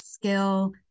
skill